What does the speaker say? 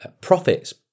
profits